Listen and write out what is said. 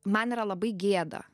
man yra labai gėda